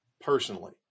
personally